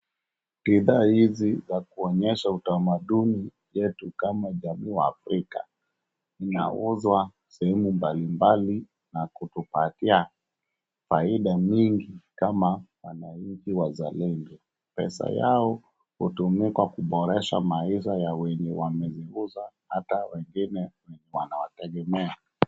Bidhaa hizi za kuonyesha utamaduni yetu kama jamii wa Afrika, zinauzwa sehemu mbalimbali na kutupatia faida mingi kama wananchi wazalendo. Pesa yao hutumika kuboresha maisha ya wenye wameziuza, hata wengine wanawategemea.